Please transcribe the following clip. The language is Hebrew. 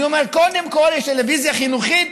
אני אומר: קודם כול, יש טלוויזיה חינוכית